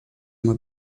uma